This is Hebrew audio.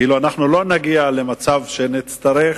כאילו אנחנו לא נגיע למצב שנצטרך,